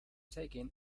taken